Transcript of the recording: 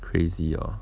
crazy ah